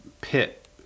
pit